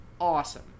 awesome